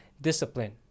discipline